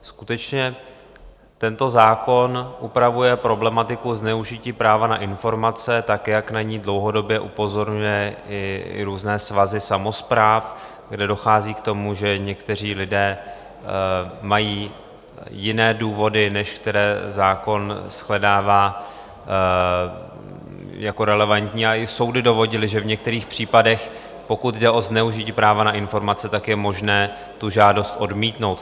Skutečně tento zákon upravuje problematiku zneužití práva na informace, tak jak na ni dlouhodobě upozorňují i různé svazy samospráv, kde dochází k tomu, že někteří lidé mají jiné důvody, než které zákon shledává jako relevantní, a i soudy dovodily, že v některých případech, pokud jde o zneužití práva na informace, je možné tu žádost odmítnout.